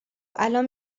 الان